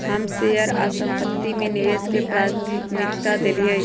हम शेयर आऽ संपत्ति में निवेश के प्राथमिकता देलीयए